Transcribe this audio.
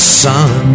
sun